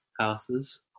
houses